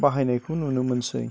बाहायनायखौ नुनो मोनसै